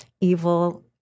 evil